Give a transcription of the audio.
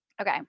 okay